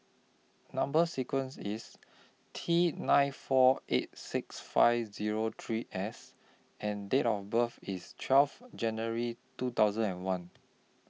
Number sequence IS T nine four eight six five Zero three S and Date of birth IS twelve January two thousand and one